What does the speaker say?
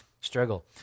struggle